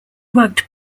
worked